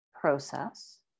process